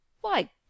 Why